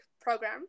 program